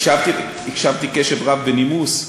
הקשבתי קשב רב ובנימוס.